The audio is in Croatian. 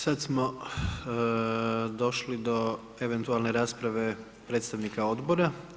Sad smo došli do eventualne rasprave predstavnika odbora.